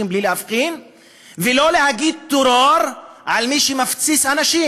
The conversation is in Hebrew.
בלי להבחין ולא להגיד "טרוריסט" על מי שמפציץ אנשים?